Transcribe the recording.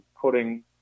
putting